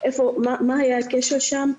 מה היה הכשל שם,